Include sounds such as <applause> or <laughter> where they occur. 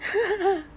<laughs>